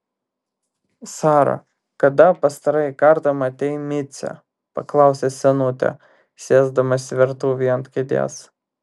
sara kada pastarąjį kartą matei micę paklausė senutė sėsdamasi virtuvėje ant kėdės